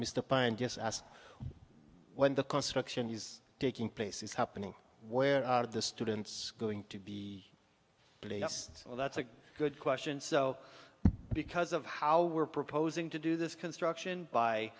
mr pyne just asked when the construction is taking place is happening where are the students going to be so that's a good question so because of how we're proposing to do this construction by